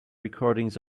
recordings